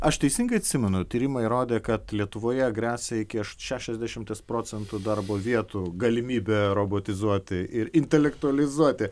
aš teisingai atsimenu tyrimai įrodė kad lietuvoje gresia iki šešiasdešimties procentų darbo vietų galimybė robotizuoti ir intelektualizuoti